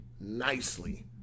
nicely